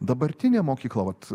dabartinė mokykla vat